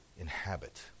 inhabit